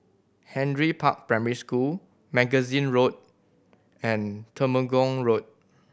Henry Park Primary School Magazine Road and Temenggong Road